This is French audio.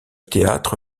théâtre